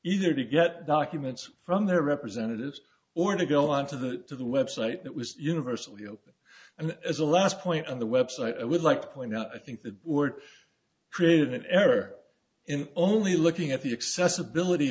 either to get documents from their representatives or to go on to the the web site that was universally open and as a last point on the website i would like to point out i think that were created in error in only looking at the accessibility